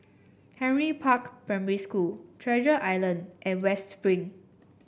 Henry Park Primary School Treasure Island and West Spring